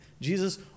Jesus